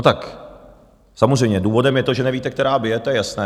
Tak samozřejmě důvodem je to, že nevíte, která bije, to je jasné.